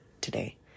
today